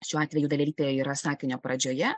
šiuo atveju dalelytė yra sakinio pradžioje